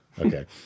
Okay